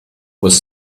was